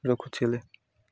ରଖୁଛି ହେଲେ